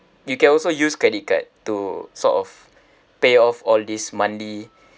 you can also use credit card to sort of pay off all this monthly